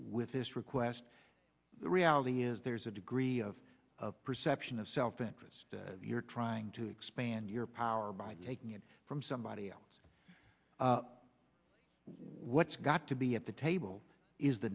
with this request the reality is there's a degree of perception of self interest you're trying to expand your power by taking it from somebody else what's got to be at the table is the